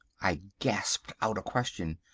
i gasped out a question.